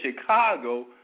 Chicago